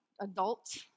adult